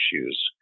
issues